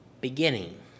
beginning